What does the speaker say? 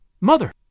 Mother